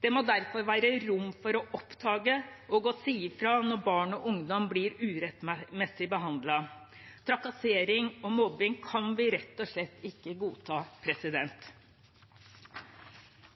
Det må derfor være rom for å oppdage og å si fra når barn og ungdom blir urettmessig behandlet. Trakassering og mobbing kan vi rett og slett ikke godta.